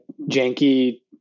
janky